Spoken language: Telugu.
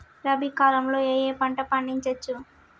రబీ కాలంలో ఏ ఏ పంట పండించచ్చు?